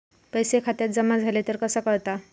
पैसे खात्यात जमा झाले तर कसा कळता?